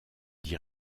dis